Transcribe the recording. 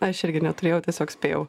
aš irgi neturėjau tiesiog spėjau